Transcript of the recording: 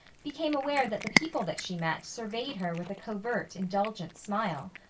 became aware that the people that she met surveyed her with a covert, indulgent smile.